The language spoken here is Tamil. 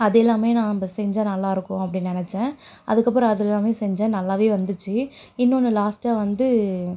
அதெல்லாமே நம்ம செஞ்சால் நல்லாயிருக்கும் அப்படின்னு நினச்சேன் அதுக்கப்புறம் அது எல்லாமே செஞ்சேன் நல்லாவே வந்துச்சு இன்னொன்று லாஸ்ட்டாக வந்து